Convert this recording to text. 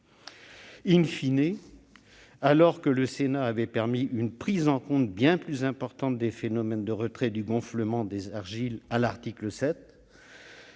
Enfin, alors que le Sénat avait permis une prise en compte bien plus importante des phénomènes de retrait-gonflement des argiles à l'article 7,